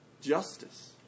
justice